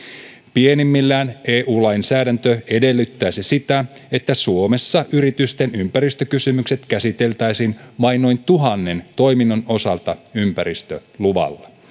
pienimmillään eu lainsäädäntö edellyttäisi sitä että suomessa yritysten ympäristökysymykset käsiteltäisiin vain noin tuhannen toiminnon osalta ympäristöluvalla